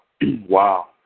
Wow